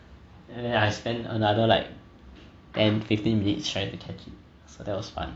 and then I spent another like ten fifteen minutes trying to catch it so that was fun